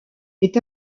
est